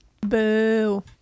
Boo